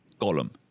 Gollum